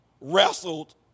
wrestled